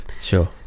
sure